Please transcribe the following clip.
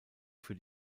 für